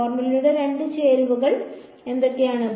ഫോർമുലയുടെ രണ്ട് ചേരുവകൾ എന്തൊക്കെയാണ്